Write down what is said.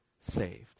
saved